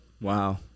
Wow